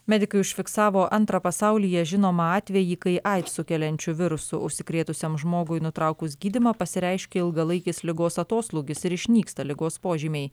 medikai užfiksavo antrą pasaulyje žinomą atvejį kai aids sukeliančiu virusu užsikrėtusiam žmogui nutraukus gydymą pasireiškia ilgalaikis ligos atoslūgis ir išnyksta ligos požymiai